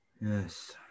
Yes